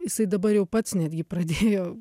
jisai dabar jau pats netgi pradėjo